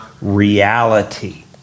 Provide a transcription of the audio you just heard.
reality